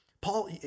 Paul